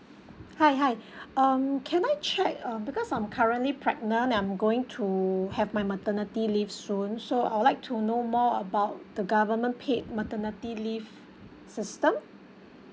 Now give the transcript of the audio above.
hi hi um can I check um because I'm currently pregnant I'm going to have my maternity leave soon so I would like to know more about the government paid maternity leave system